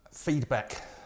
Feedback